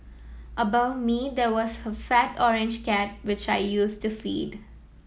above me there was a fat orange cat which I used to feed